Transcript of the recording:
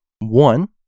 One